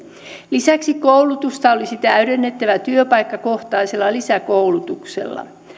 lisäksi koulutusta olisi täydennettävä työpaikkakohtaisella lisäkoulutuksella